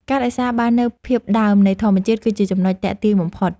ការរក្សាបាននូវភាពដើមនៃធម្មជាតិគឺជាចំណុចទាក់ទាញបំផុត។